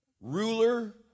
Ruler